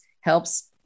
helps